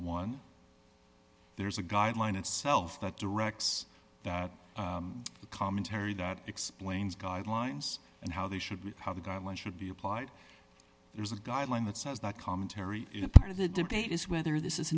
one there's a guideline itself that directs that the commentary that explains guidelines and how they should be how the guidelines should be applied there's a guideline that says that commentary is a part of the debate is whether this is